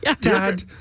Dad